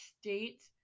State